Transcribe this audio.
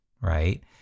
right